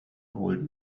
old